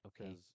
okay